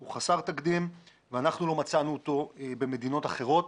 הוא באמת חסר תקדים ואנחנו לא מצאנו אותו במדינות אחרות,